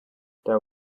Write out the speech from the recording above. there